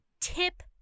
tip